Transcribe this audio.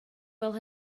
fel